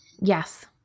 Yes